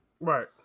Right